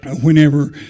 whenever